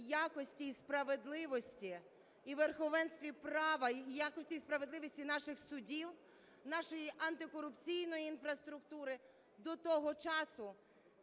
якості і справедливості, і верховенстві права, і якості і справедливості наших судів, нашої антикорупційної інфраструктури, до того часу